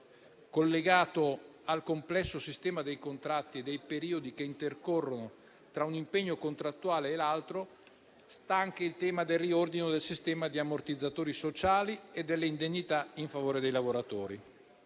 Collegato al complesso sistema dei contratti e dei periodi che intercorrono tra un impegno contrattuale e l'altro sta anche il tema del riordino del sistema di ammortizzatori sociali e delle indennità in favore dei lavoratori.